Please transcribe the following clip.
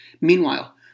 Meanwhile